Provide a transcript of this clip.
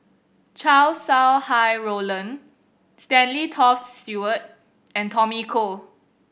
Chow Sau Hai Roland Stanley Toft Stewart and Tommy Koh